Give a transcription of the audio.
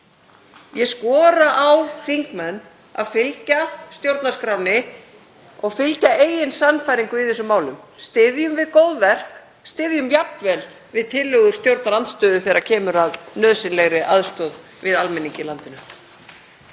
Ég skora á þingmenn að fylgja stjórnarskránni og fylgja eigin sannfæringu í þessum málum. Styðjum við góð verk, styðjum jafnvel við tillögur stjórnarandstöðu þegar kemur að nauðsynlegri aðstoð við almenning í landinu.